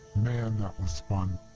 man, that was fun!